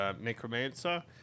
Necromancer